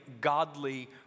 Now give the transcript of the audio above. godly